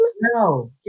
No